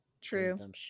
true